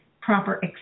proper